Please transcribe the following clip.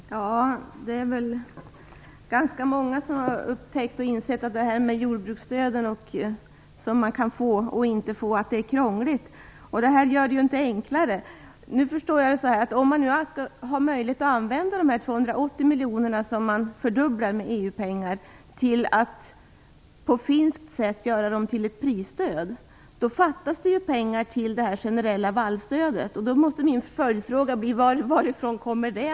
Fru talman! Det är nog ganska många som har upptäckt och insett att detta med vilka jordbruksstöd man kan få och inte få är krångligt. Det här gör det inte enklare. Om man nu har möjlighet att på finskt sätt göra dessa 280 miljoner, som fördubblas med EU-pengar, till ett prisstöd fattas det ju pengar till det generella vallstödet. Min följdfråga måste därför bli: Varifrån kommer det?